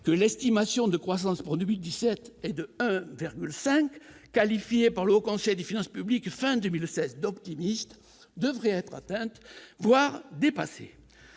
que l'estimation de croissance pour 2017 et de cinq 5, qualifié par le Haut Conseil des finances publiques fin 2016 d'optimiste devrait être atteintes voire dépassées